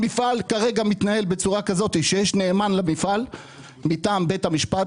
המפעל מתנהל כרגע בצורה כזאת שיש נאמן למפעל מטעם בית המשפט.